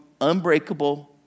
unbreakable